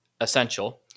Essential